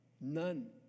None